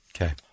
Okay